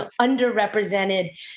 underrepresented